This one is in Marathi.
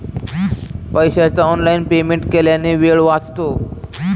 पैशाचे ऑनलाइन पेमेंट केल्याने वेळ वाचतो